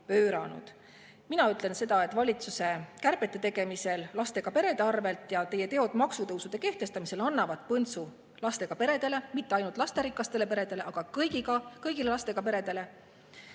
pööranud. Mina ütlen seda, et valitsuse kärbete tegemine lastega perede arvelt ja teie teod maksutõusude kehtestamisel annavad põntsu lastega peredele, mitte ainult lasterikastele peredele, aga kõigile lastega peredele